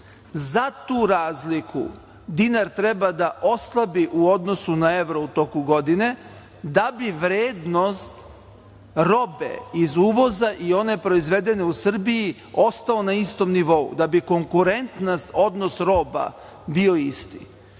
Za tu razliku dinar treba da oslabi u odnosu na evro u toku godine da bi vrednost robe iz uvoza i one proizvedene u Srbiji ostao na istom nivou, da bi konkurentan odnos roba bio isti. Kada